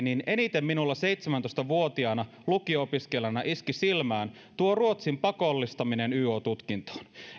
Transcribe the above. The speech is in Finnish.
niin eniten minulla seitsemäntoista vuotiaana lukion opiskelijana iski silmään tuo ruotsin pakollistaminen yo tutkintoon